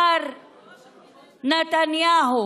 מר נתניהו.